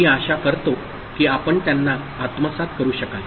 मी आशा करतो की आपण त्यांना आत्मसात करू शकाल